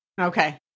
okay